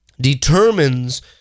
determines